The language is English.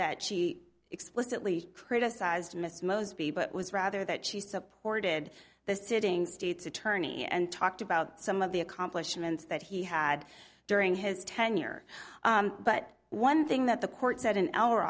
that she explicitly criticized mrs moseby but was rather that she supported the sitting state's attorney and talked about some of the accomplishments that he had during his tenure but one thing that the court said an hour